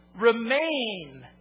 remain